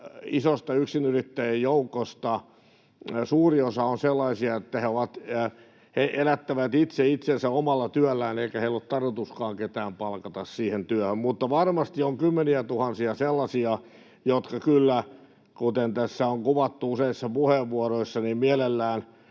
isosta yksinyrittäjien joukosta suuri osa on sellaisia, että he elättävät itse itsensä omalla työllään eikä heillä ole tarkoituskaan ketään palkata siihen työhön, mutta varmasti on kymmeniätuhansia sellaisia, jotka kyllä — kuten tässä on kuvattu useissa puheenvuoroissa — mielellään